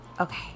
Okay